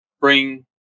bring